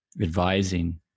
advising